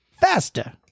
faster